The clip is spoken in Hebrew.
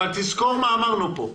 אבל תזכור מה אמרנו כאן.